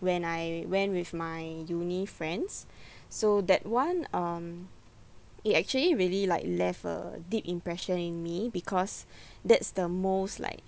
when I went with my uni friends so that [one] um it actually really like left a deep impression in me because that's the most like